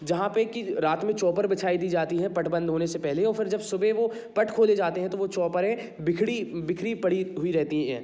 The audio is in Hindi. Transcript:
जहाँ पर की रात में चौपर बिछाई दी जाती है बट बंद होने से पहले और फिर जब सुबह वो पट खोले जाते हैं तो वो चौपरे बिखरी बिखरी पड़ी हुई रहती है